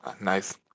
nice